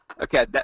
Okay